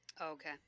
okay